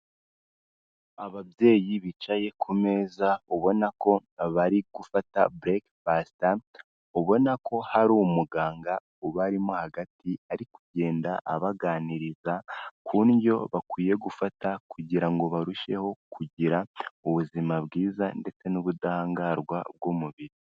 Ababyeyi bicaye ku meza, ubona ko bari gufata breakfast, ubona ko hari umuganga ubarimo hagati, ari kugenda abaganiriza ku ndyo bakwiye gufata kugira ngo barusheho kugira ubuzima bwiza ndetse n'ubudahangarwa bw'umubiri.